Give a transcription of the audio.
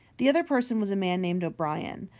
the other person was a man named o'brien,